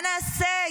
מה נעשה?